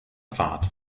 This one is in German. fahrt